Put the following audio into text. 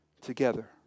together